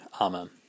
Amen